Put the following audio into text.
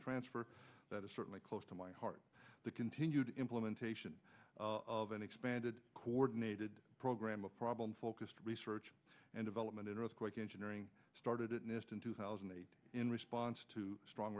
transfer that is certainly close to my heart the continued implementation of an expanded coordinated program of problem focused research and development in earthquake engineering started at nist in two thousand and eight in response to strong